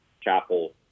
chapel